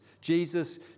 Jesus